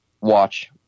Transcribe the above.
watch